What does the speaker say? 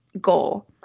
goal